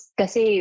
kasi